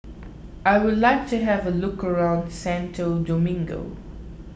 I would like to have a look around Santo Domingo